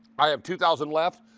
i have two thousand left.